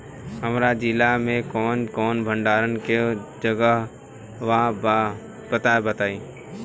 हमरा जिला मे कवन कवन भंडारन के जगहबा पता बताईं?